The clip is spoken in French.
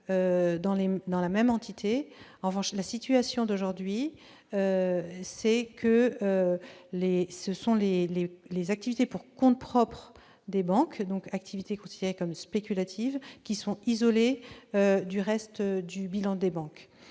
dans la même entité. En revanche, dans la situation actuelle, ce sont les activités pour compte propre des banques, considérées comme spéculatives, qui sont isolées du reste du bilan des banques.